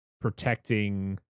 protecting